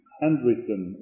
handwritten